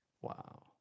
Wow